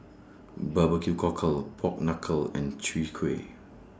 Barbecue Cockle Pork Knuckle and Chwee Kueh